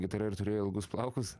gitara ir turėjo ilgus plaukus